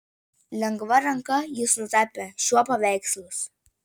lengva ranka jis nutapė šiuo paveikslus